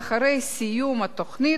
אחרי סיום התוכנית,